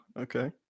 okay